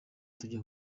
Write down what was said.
tujya